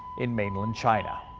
in mainland china.